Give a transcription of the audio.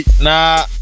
nah